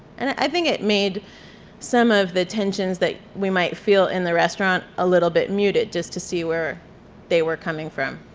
and i think it made some of the tensions that we might feel in the restaurant a little bit muted, just to see where they were coming from.